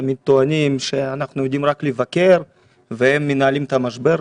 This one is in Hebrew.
תמיד טוענים שאנחנו יודעים רק לבקר ושהם מנהלים את המשבר.